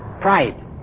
Pride